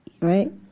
right